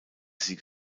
sie